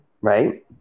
right